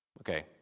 Okay